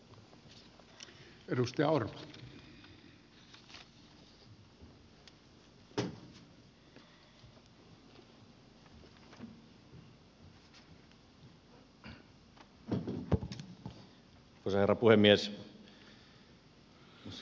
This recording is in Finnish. arvoisa herra puhemies